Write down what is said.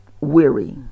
weary